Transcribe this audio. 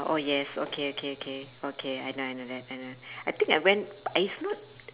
oh yes okay okay okay okay I know I know that I know that I think I went b~ is not